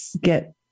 get